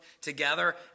together